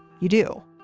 you do.